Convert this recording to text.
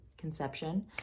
conception